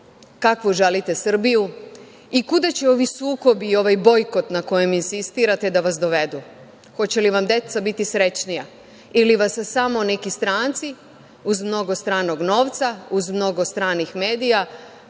kakvu želite Srbiju i kuda će ovi sukobi i ovaj bojkot na kojem insistirate da vas dovedu? Hoće li vam deca biti srećnija ili vas samo neki stranci, uz mnogo stranog novca, uz mnogo stranih medija